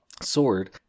sword